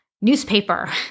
newspaper